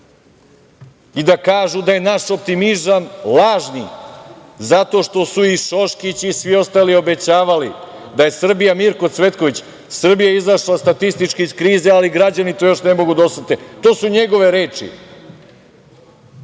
i da kažu da je naš optimizam lažni zato što su i Šoškić i svi ostali obećavali, Mirko Cvetković, da je Srbija izašla statistički iz krize, ali građani to još ne mogu da osete. To su njegove reči. Naš